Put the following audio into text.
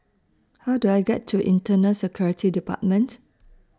How Do I get to Internal Security department